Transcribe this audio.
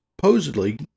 supposedly